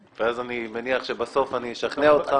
אז תתייעץ, ואז אני מניח שבסוף אני אשכנע אותך.